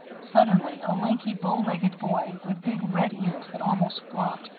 suddenly, a lanky, bowlegged boy, with big, red ears that almost flopped,